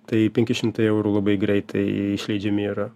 tai penki šimtai eurų labai greitai išleidžiami yra